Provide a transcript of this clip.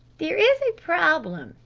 there is a problem,